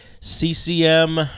CCM